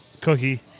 cookie